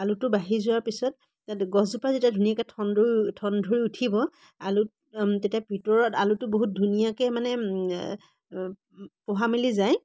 আলুটো বাঢ়ি যোৱাৰ পিছত তাত গছজোপা যেতিয়া ধুনীয়াকৈ ঠন ধৰি ঠন ধৰি উঠিব আলু তেতিয়া ভিতৰত আলুটো বহুত ধুনীয়াকৈ মানে পোহা মেলি যায়